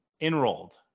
enrolled